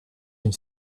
une